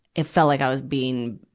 it felt like i was being,